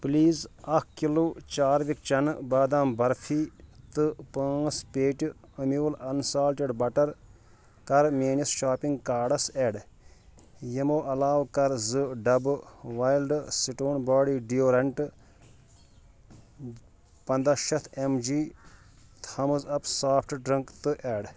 please اکھ kilo چاروِک چنہٕ بادام برفی تہٕ پانژھ پیٹہِ اموٗل انسالٹِڈ بٹر کَر میٲنِس شاپنگ کارٹَس ایڈ یِمو علاوٕ کَر زٕ ڈبہٕ وایلڈ سٹون باڈی ڈیوڈرنٛٹ ، پَنداہ شیٚتھ M G Thums up soft drink تہٕ ایڈ